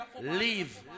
leave